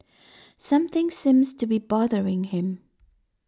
something seems to be bothering him